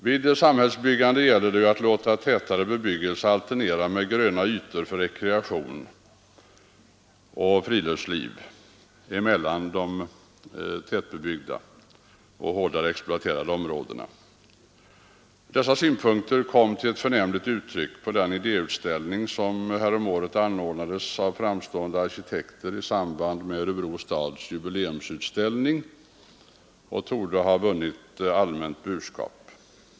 Vid samhällsbyggande gäller det ju att låta tätare bebyggelse alternera med gröna ytor för rekreation och friluftsliv mellan de hårdare exploaterade områdena. Dessa synpunkter kom till ett förnämligt uttryck på den idéutställning som anordnades av framstående arkitekter i samband med Örebro stads jubileumsutställning häromåret. Den torde ha vunnit allmänt burskap.